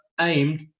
aimed